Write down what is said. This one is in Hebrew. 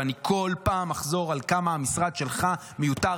ואני כל פעם אחזור על כמה המשרד שלך מיותר,